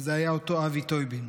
וזה היה אותו אבי טויבין.